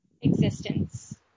existence